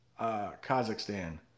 Kazakhstan